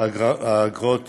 האגרות